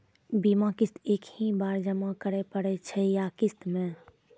बीमा किस्त एक ही बार जमा करें पड़ै छै या किस्त मे?